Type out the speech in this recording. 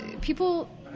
people